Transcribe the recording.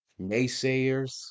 Naysayers